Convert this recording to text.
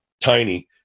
tiny